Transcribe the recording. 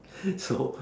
so